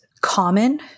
common